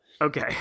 Okay